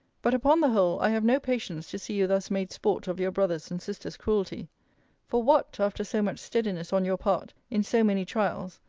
but, upon the whole, i have no patience to see you thus made sport of your brother's and sister's cruelty for what, after so much steadiness on your part, in so many trials,